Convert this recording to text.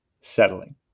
settling